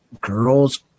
girls